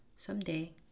Someday